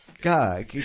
God